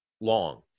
long